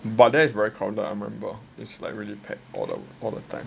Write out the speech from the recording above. but there is very crowded I remember is like really packed all the time